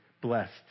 blessed